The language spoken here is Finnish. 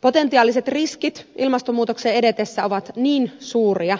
potentiaaliset riskit ilmastonmuutoksen edetessä ovat niin suuria